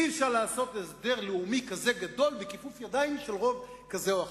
אי-אפשר לעשות הסדר לאומי כזה גדול בכיפוף ידיים של רוב כזה או אחר.